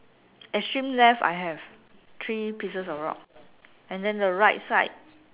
extreme left I have three pieces of rock and then right side